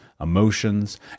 emotions